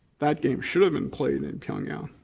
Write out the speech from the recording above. that game should have been played in pyongyang.